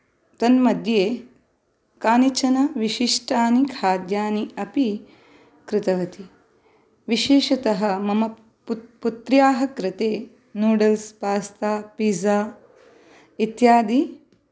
तन्मध्ये कानिचन विशिष्टानि खाद्यनि अपि कृतवती विशेषतः मम पुत् पुत्र्याः कृते नूडल्स् पास्ता पिज़ा इत्यादि